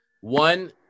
one